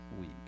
week